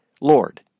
Lord